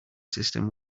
system